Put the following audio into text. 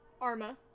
Arma